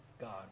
God